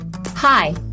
Hi